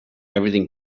everything